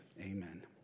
amen